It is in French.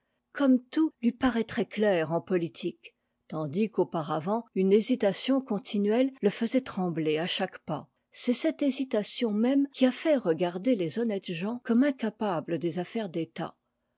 comme tout lui paraîtrait clair en politique tandis qu'auparavant une hésitation continuelle le faisait trembler à chaque pas c'est cette hésitation même qui a fait regarder les honnêtes gens comme incapables des affaires d'état